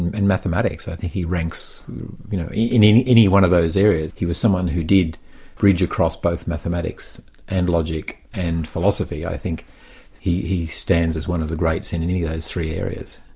in mathematics, i think he ranks you know in any any one of those areas he was someone who did bridge across both mathematics and logic and philosophy. i think he he stands as one of the greats in in any of those three areas.